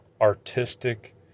artistic